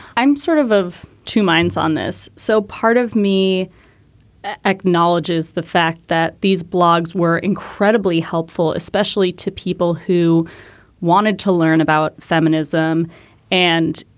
i'm sort of of two minds on this. so part of me acknowledges the fact that these blogs were incredibly helpful, especially to people who wanted to learn about feminism and,